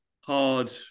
hard